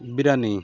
biryani